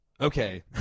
Okay